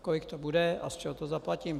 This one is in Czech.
Kolik to bude a z čeho to zaplatím?